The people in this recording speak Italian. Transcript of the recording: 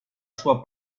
sua